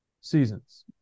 seasons